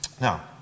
Now